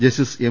justice M